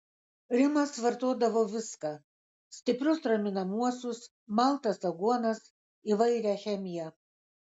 rimas vartodavo viską stiprius raminamuosius maltas aguonas įvairią chemiją